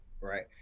Right